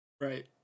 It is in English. Right